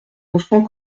enfant